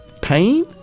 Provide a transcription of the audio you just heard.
pain